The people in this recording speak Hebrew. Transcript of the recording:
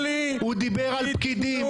הוא לא דיבר על פקידים.